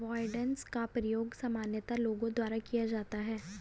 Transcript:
avoidance का प्रयोग सामान्यतः लोगों द्वारा किया जाता है